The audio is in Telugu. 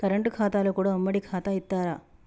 కరెంట్ ఖాతాలో కూడా ఉమ్మడి ఖాతా ఇత్తరా?